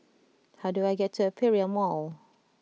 how do I get to Aperia Mall